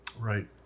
Right